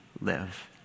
live